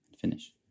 finish